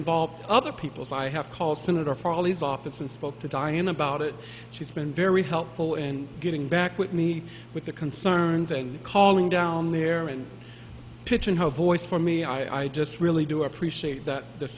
involve other people so i have call senator for all his office and spoke to diane about it she's been very helpful and getting back with me with the concern calling down there and pigeon hole voice for me i just really do appreciate that the